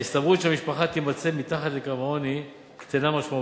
ההסתברות שהמשפחה תימצא מתחת לקו העוני קטנה משמעותית.